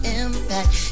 impact